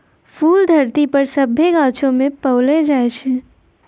फूल धरती पर सभ्भे गाछौ मे पैलो जाय छै